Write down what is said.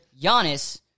Giannis